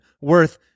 worth